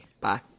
Bye